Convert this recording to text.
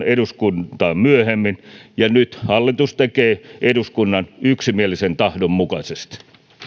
eduskuntaan myöhemmin ja nyt hallitus tekee eduskunnan yksimielisen tahdon mukaisesti